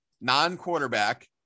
non-quarterback